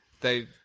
They-